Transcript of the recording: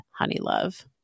Honeylove